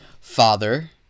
father